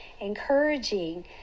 encouraging